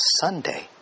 Sunday